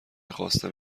خواستم